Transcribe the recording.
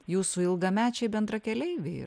jūsų ilgamečiai bendrakeleiviai